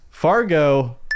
Fargo